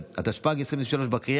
רבותיי